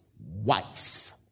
wife